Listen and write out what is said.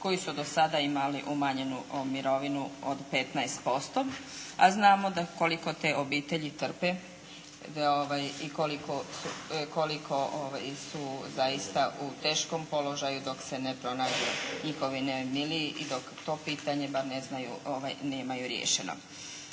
koji su do sada imali umanjenu mirovinu od 15% a znamo koliko te obitelji trpe, i koliko su zaista u teškom položaju dok se ne pronađu njihovi najmiliji i dok to pitanje nemaju riješeno.